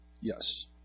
Yes